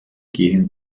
gehen